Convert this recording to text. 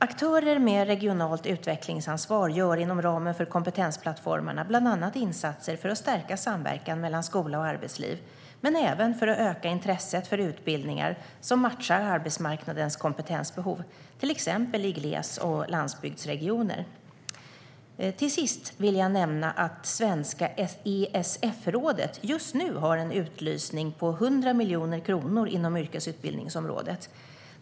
Aktörer med regionalt utvecklingsansvar gör inom ramen för kompetensplattformarna bland annat insatser för att stärka samverkan mellan skola och arbetsliv, men även för att öka intresset för utbildningar som matchar arbetsmarknadens kompetensbehov, till exempel i gles och landsbygdsregioner. Till sist vill jag nämna att Svenska ESF-rådet just nu har en utlysning på 100 miljoner kronor inom yrkesutbildningsområdet.